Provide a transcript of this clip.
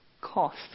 cost